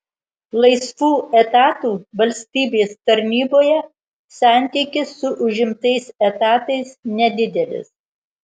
laisvų etatų valstybės tarnyboje santykis su užimtais etatais nedidelis